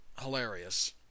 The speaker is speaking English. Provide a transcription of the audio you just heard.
Hilarious